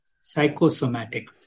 psychosomatic